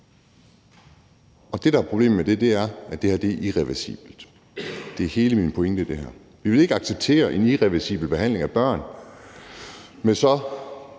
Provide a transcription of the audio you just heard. Det, der er problemet med det her, er, at det er irreversibelt. Det er hele min pointe i det her. Vi ville ikke acceptere en irreversibel behandling af børn med så